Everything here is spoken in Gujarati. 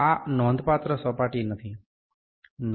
આ નોંધપાત્ર સપાટી નથી